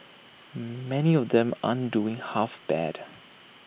many of them aren't doing half bad